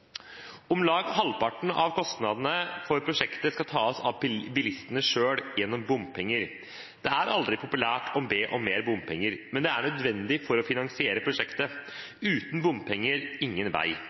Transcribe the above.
Om lag halvparten av kostnadene for prosjektet skal tas av bilistene selv gjennom bompenger. Det er aldri populært å be om mer bompenger, men det er nødvendig for å finansiere prosjektet.